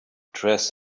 dressed